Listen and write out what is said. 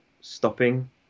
stopping